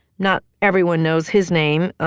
not everyone knows his name.